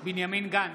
בנימין גנץ,